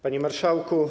Panie Marszałku!